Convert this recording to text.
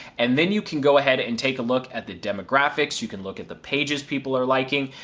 and then you can go ahead and take a look at the demographics, you can look at the pages people are liking,